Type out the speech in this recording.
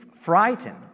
frightened